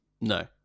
No